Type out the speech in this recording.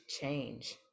change